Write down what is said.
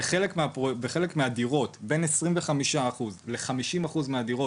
בחלק מהדירות בין 25% ל-50% מהדירות